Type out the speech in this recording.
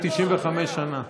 95 שנה,